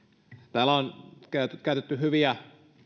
täällä on käytetty hyviä